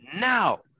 now